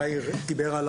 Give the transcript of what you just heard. גיא דיבר על